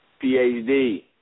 PhD